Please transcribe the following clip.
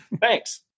Thanks